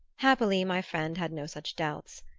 happily my friend had no such doubts.